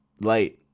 light